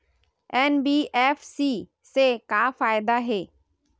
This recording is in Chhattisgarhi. एन.बी.एफ.सी से का फ़ायदा हे?